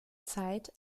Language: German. zeit